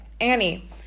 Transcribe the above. Annie